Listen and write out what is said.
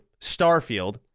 starfield